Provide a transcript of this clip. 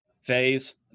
phase